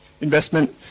investment